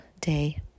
day